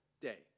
day